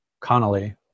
Connolly